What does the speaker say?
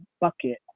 bucket